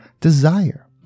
desire